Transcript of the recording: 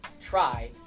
try